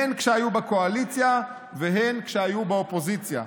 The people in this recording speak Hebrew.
הן כשהיו בקואליציה והן כשהיו באופוזיציה.